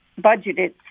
budgeted